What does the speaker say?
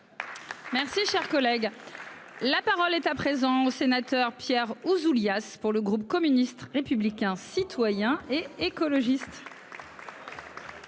Merci cher collègue. La parole est à présent au sénateur Pierre Ouzoulias pour le groupe communiste, républicain, citoyen et écologiste.